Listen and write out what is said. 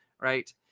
right